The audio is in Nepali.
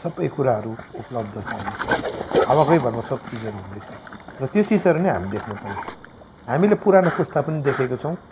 सबै कुराहरू उपलब्ध छ अहिले हावाकै भरमा सब चिजहरू हुँदैछ र त्यो चिजहरू नै हामीले देख्न पायौँ हामीले पुरानो पुस्ता पनि देखेका छौँ